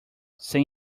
sem